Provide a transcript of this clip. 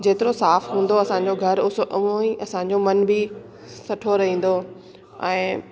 जेतिरो साफ़ हूंदो असांजो घर उसो उहो ई असांजो मन बि सुठो रहंदो ऐं